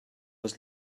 les